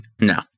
No